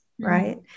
right